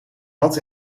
bad